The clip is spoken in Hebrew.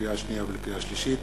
לקריאה שנייה ולקריאה שלישית: